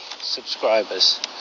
subscribers